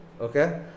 okay